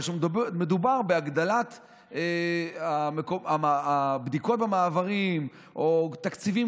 אבל כשמדובר בהגדלת הבדיקות במעברים או תקציבים